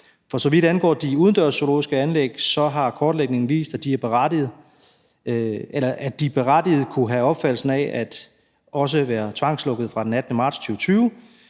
For så vidt angår de udendørs zoologiske anlæg, har kortlægningen vist, at de berettiget kunne have opfattelsen af også at være tvangslukkede fra den 18. marts 2020.